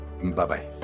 Bye-bye